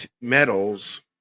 metals